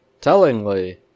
Tellingly